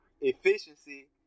efficiency